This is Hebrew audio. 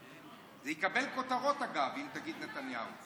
זה יקבל כותרות, אגב, אם תגיד "נתניהו".